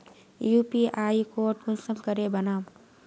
UPI code कुंसम करे बनाम?